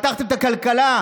פתחתם את הכלכלה,